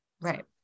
Right